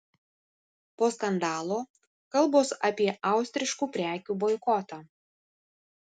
po skandalo kalbos apie austriškų prekių boikotą